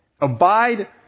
abide